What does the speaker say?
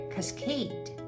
Cascade